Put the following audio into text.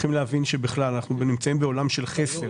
צריכים להבין שאנחנו נמצאים בעולם של חסר,